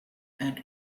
and